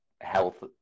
health